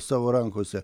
savo rankose